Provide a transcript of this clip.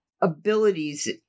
abilities